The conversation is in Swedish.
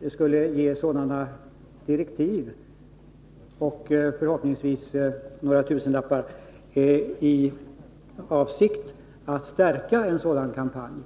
ger direktiv och förhoppningsvis några tusenlappar i avsikt att stärka en sådan kampanj.